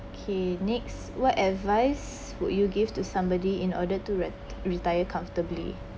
okay next what advice would you give to somebody in order to re~ retire comfortably